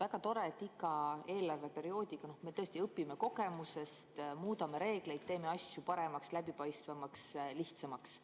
Väga tore, et iga eelarveperioodiga me tõesti õpime kogemustest, muudame reegleid, teeme asju paremaks, läbipaistvamaks, lihtsamaks.